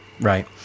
Right